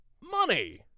money